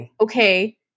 Okay